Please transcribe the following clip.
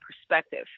perspective